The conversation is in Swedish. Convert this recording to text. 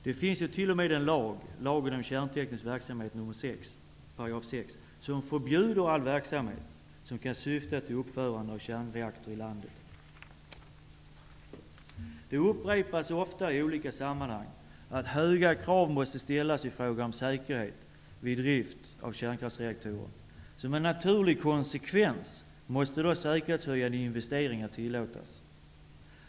Det finns t.o.m. en lag, 6 § lagen om kärnteknisk verksamhet, som förbjuder all verksamhet som kan syfta till uppförandet av kärnreaktor i landet. Det upprepas ofta i olika sammanhang att höga krav måste ställas i fråga om säkerhet vid drift av kärnkraftsreaktorer. Som en naturlig konsekvens måste då säkerhetshöjande investeringar tillåtas.